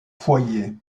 foyer